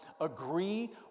agree